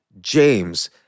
James